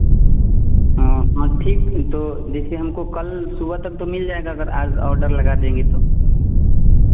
हाँ हाँ ठीक है तो जैसे हमको कल सुबह तक तो मिल जाएगा अगर आज ऑर्डर लगा देंगे तो